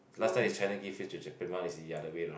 last time is China give it to Japan now is the other way round